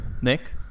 Nick